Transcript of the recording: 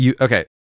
okay